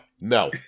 No